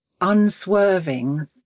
unswerving